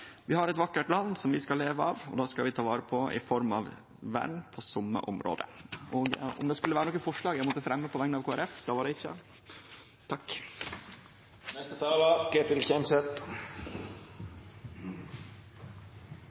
Vi har eit vakkert land som vi skal leve av, og det skal vi ta vare på i form av vern på somme område. Å bevare et utvalg av norsk natur mot framtidige inngrep har lenge vært en viktig del av norsk politikk. Nasjonalparkplanen er en viktig del av dette, det